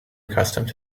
accustomed